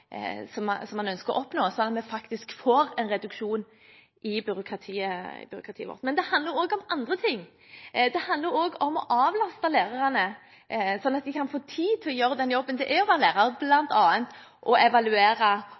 som man ønsker å oppnå, så vi faktisk får en reduksjon i byråkratiet vårt. Men det handler også om andre ting. Det handler om å avlaste lærerne, sånn at de kan få tid til å gjøre den jobben det er å være lærer, bl.a. å evaluere